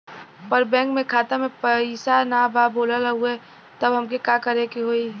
पर बैंक मे खाता मे पयीसा ना बा बोलत हउँव तब हमके का करे के होहीं?